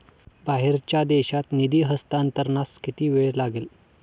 बाहेरच्या देशात निधी हस्तांतरणास किती वेळ लागेल?